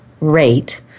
rate